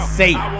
safe